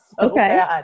Okay